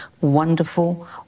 wonderful